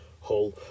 Hull